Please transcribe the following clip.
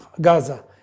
Gaza